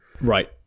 right